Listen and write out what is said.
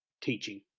Teaching